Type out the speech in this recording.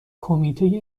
کمیته